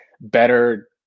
better